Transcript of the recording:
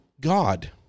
God